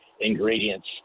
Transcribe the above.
ingredients